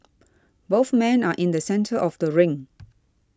both men are in the centre of the ring